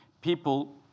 people